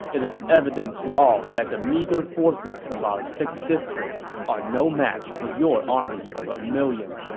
it is evident to all that the meager forces of our six districts are no match for your army of a million.